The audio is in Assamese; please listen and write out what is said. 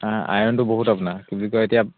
আইৰণটো বহুত আপোনাৰ কি বুলি কয় এতিয়া